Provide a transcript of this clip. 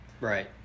Right